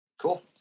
Cool